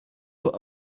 put